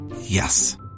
Yes